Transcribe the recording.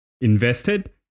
invested